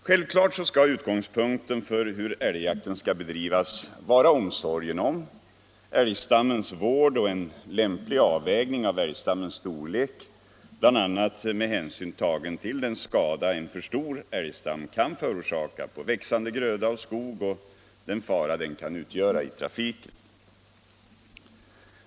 Självklart skall utgångspunkten för hur älgjakten bör bedrivas vara omsorgen om älgstammens vård och en lämplig avvägning av älgstammens storlek, bl.a. med hänsyn tagen till den skada en för stor älgstam kan förorsaka på växande gröda och skog samt den fara en sådan stam kan utgöra i trafiken.